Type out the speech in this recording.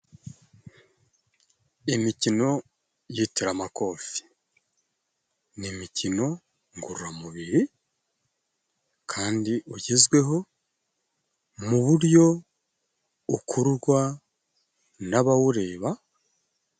Imikino y'teramakofe ni imikino ngororamubiri kandi ugezweho, mu buryo ukururwa n'abawureba,